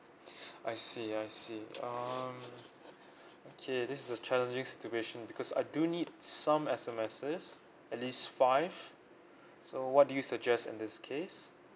I see I see um okay this is a challenging situation because I do need some S_M_Ss at least five so what do you suggest in this case